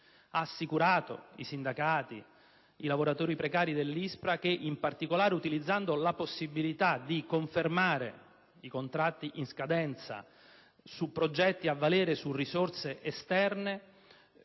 ha assicurato ai sindacati e ai lavoratori precari dell'ISPRA che, in particolare utilizzando la possibilità di confermare i contratti in scadenza su progetti a valere su risorse esterne,